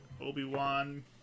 Obi-Wan